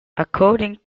according